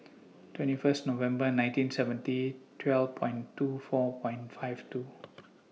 twenty First November nineteen seventy twelve and two four wine five two